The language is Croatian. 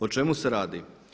O čemu se radi?